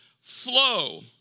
flow